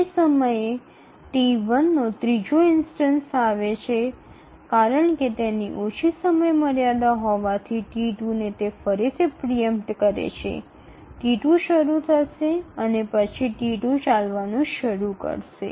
તે સમયે T1 નો ત્રીજો ઇન્સ્ટનસ આવે છે અને કારણ કે તેની ઓછી સમયમર્યાદા હોવાથી T2 તે ફરીથી પ્રિ ઇમ્પટ કરે છે T1 શરૂ થશે અને પછી T2 ચાલવાનું શરૂ કરશે